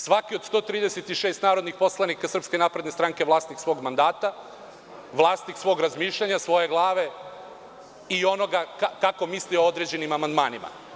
Svaki od 136 narodnih poslanika SNS je vlasnik svog mandata, vlasnik svog razmišljanja, svoje glave i onoga kako misli o određenim amandmanima.